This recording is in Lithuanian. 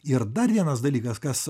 ir dar vienas dalykas kas